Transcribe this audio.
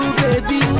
baby